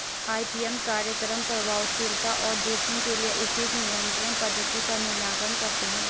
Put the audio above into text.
IPM कार्यक्रम प्रभावशीलता और जोखिम के लिए उचित नियंत्रण पद्धति का मूल्यांकन करते हैं